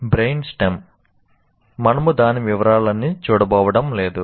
brain stem మనము దాని వివరాలన్నీ చూడబోవడం లేదు